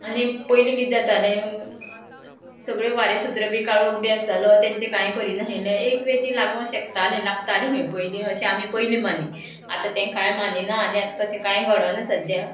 आनी पयलीं कितें जातालें सगळें वारें सुत्र बी काळोख बी आसतालो तेंचें कांय करिना एक वेळ तीं लागों शकताली लागताली खंय पयलीं अशें आमी पयलीं मानी आतां तें कांय मानिना आनी आतां तशें कांय घडोना सद्या